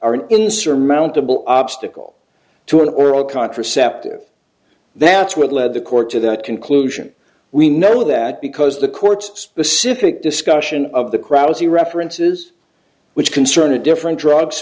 an insurmountable obstacle to an oral contraceptive that's what led the court to that conclusion we know that because the court specific discussion of the crowds he references which concern a different drug